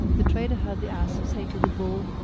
the trader heard the ass say to the bull,